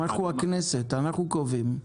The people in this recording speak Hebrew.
אנחנו הכנסת, אנחנו קובעים.